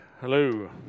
Hello